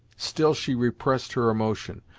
still she repressed her emotion,